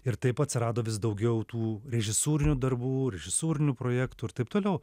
ir taip atsirado vis daugiau tų režisūrinių darbų režisūrinių projektų ir taip toliau